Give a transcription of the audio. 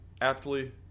aptly